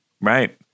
right